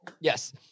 yes